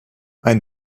ein